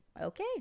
okay